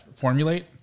Formulate